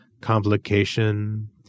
complication